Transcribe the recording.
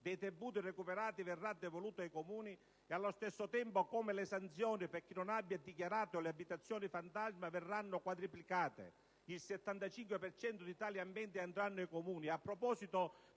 dei tributi recuperati verrà devoluto ai Comuni e, allo stesso tempo, che le sanzioni per chi non abbia dichiarato le abitazioni fantasma verranno quadruplicate. Il 75 per cento delle entrate